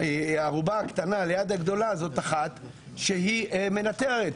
הארובה הקטנה ליד הגדולה זאת אחת שהיא מנטרת,